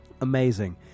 Amazing